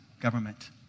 government